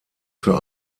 für